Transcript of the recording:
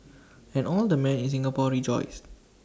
and all the men in Singapore rejoiced